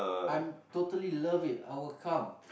I'm totally love it I'll come